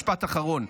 משפט אחרון: